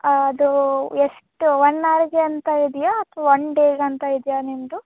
ಅದು ಎಷ್ಟು ಒನ್ ಅವರ್ಗೆ ಅಂತ ಇದೆಯಾ ಅಥವಾ ಒನ್ ಡೇಗೆ ಅಂತ ಇದೆಯಾ ನಿಮ್ಮದು